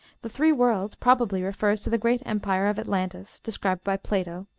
the three worlds probably refers to the great empire of atlantis, described by plato,